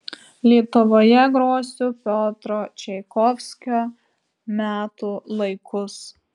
lietuvoje grosiu piotro čaikovskio metų laikus